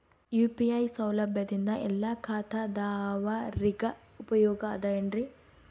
UPI ಸೌಲಭ್ಯದಿಂದ ಎಲ್ಲಾ ಖಾತಾದಾವರಿಗ ಉಪಯೋಗ ಅದ ಏನ್ರಿ?